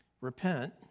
repent